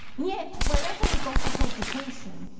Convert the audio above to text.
yet wherever he got his education,